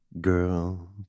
girl